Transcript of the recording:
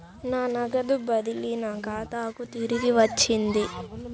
నా నగదు బదిలీ నా ఖాతాకు తిరిగి వచ్చింది